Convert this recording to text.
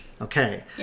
okay